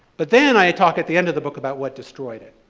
but then, i talk at the end of the book about what destroyed it.